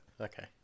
Okay